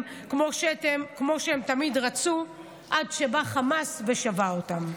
כמו שהם תמיד רצו עד שבא חמאס ושבה אותם".